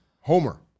Homer